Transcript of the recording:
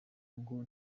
ngo